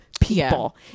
people